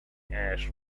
ash